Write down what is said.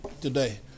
today